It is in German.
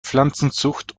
pflanzenzucht